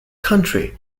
country